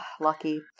Lucky